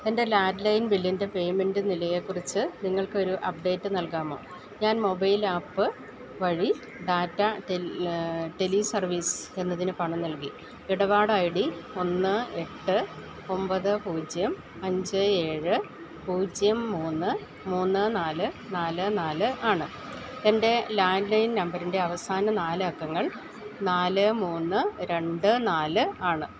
എൻ്റെ ലാൻലൈൻ ബില്ലിൻ്റെ പേയ്മെൻ്റ് നിലയെക്കുറിച്ച് നിങ്ങൾക്കൊരു അപ്ഡേറ്റ് നൽകാമോ ഞാൻ മൊബൈൽ ആപ്പ് വഴി ടാറ്റ ടെൽ ടെലി സർവീസ് എന്നതിന് പണം നൽകി ഇടപാട് ഐ ഡി ഒന്ന് എട്ട് ഒമ്പത് പൂജ്യം അഞ്ച് ഏഴ് പൂജ്യം മൂന്ന് മൂന്ന് നാല് നാല് നാല് ആണ് എൻ്റെ ലാൻലൈൻ നമ്പറിൻ്റെ അവസാന നാല് അക്കങ്ങൾ നാല് മൂന്ന് രണ്ട് നാല് ആണ്